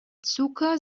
zucker